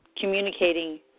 communicating